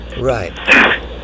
right